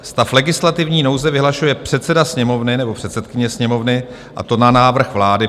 Stav legislativní nouze vyhlašuje předseda Sněmovny nebo předsedkyně Sněmovny, a to na návrh vlády.